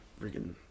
freaking